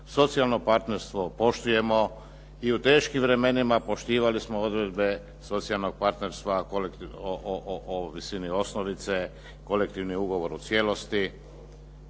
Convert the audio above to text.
socijalno partnerstvo poštujemo i u teškim vremenima poštivali smo odredbe socijalnog partnerstva o visini osnovice, kolektivni ugovor u cijelosti